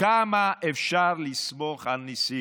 כמה אפשר לסמוך על ניסים?